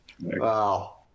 Wow